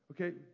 okay